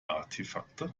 artefakte